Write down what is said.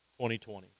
2020